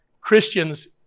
Christians